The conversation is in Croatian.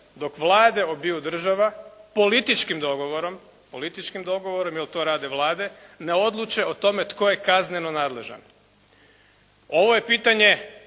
dok vlade obiju država političkim dogovorom, političkim dogovorom jer to rade vlade ne odluče o tome tko je kazneno nadležan. Ovo je pitanje